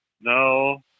No